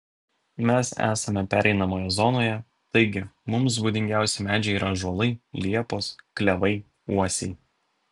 mes esame pereinamoje zonoje taigi mums būdingiausi medžiai yra ąžuolai liepos klevai uosiai